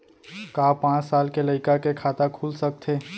का पाँच साल के लइका के खाता खुल सकथे?